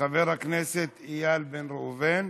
חבר הכנסת איל בן ראובן.